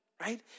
Right